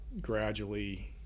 gradually